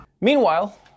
Meanwhile